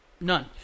None